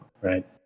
right